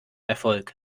erfolg